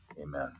Amen